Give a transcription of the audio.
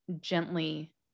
gently